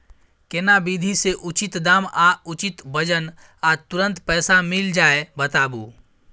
केना विधी से उचित दाम आ उचित वजन आ तुरंत पैसा मिल जाय बताबू?